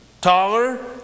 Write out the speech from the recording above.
taller